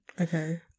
Okay